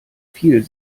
viel